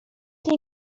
nie